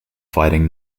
fighting